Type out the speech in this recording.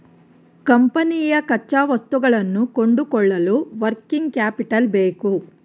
ಕಂಪನಿಯ ಕಚ್ಚಾವಸ್ತುಗಳನ್ನು ಕೊಂಡುಕೊಳ್ಳಲು ವರ್ಕಿಂಗ್ ಕ್ಯಾಪಿಟಲ್ ಬೇಕು